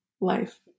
life